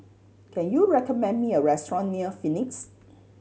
can you recommend me a restaurant near Phoenix